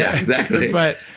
exactly but